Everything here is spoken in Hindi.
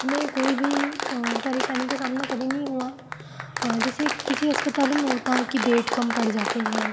हमें कोई भी परेशानी का सामना कभी नहीं हुआ जैसे किसी अस्पतालों में होता है कि बेड कम पड़ जाते हैं